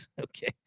Okay